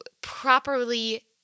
properly